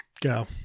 Go